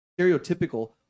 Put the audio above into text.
stereotypical